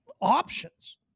options